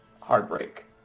heartbreak